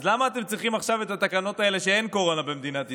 אז למה אתם צריכים עכשיו את התקנות האלה כשאין קורונה במדינת ישראל?